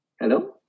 Hello